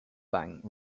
bank